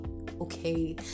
Okay